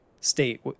state